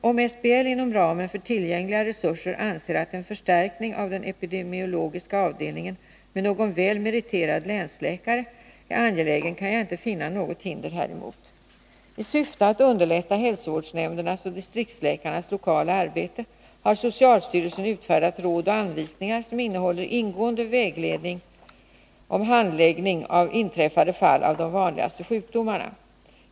Om SBL inom ramen för tillgängliga resurser anser att en förstärkning av den epidemiologiska avdelningen med ”någon väl meriterad länsläkare” är angelägen kan jag inte finna något hinder häremot. I syfte att underlätta hälsovårdsnämndernas och distriktsläkarnas lokala arbete har socialstyrelsen utfärdat råd och anvisningar som innehåller ingående vägledning om handläggning av inträffade fall av de vanligaste sjukdomarna.